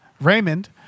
Raymond